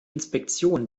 inspektion